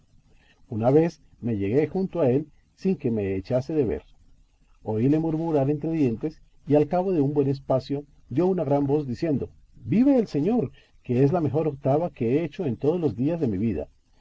una vez me llegué junto a él sin que me echase de ver oíle murmurar entre dientes y al cabo de un buen espacio dio una gran voz diciendo vive el señor que es la mejor octava que he hecho en todos los días de mi vida